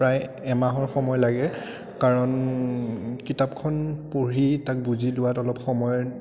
প্ৰায় এমাহৰ সময় লাগে কাৰণ কিতাপখন পঢ়ি তাক বুজি লোৱাত অলপ সময়ৰ